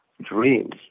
dreams